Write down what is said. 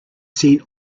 seen